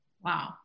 Wow